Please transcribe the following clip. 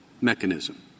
mechanism